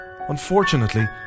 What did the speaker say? Unfortunately